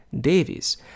Davies